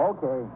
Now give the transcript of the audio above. Okay